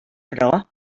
però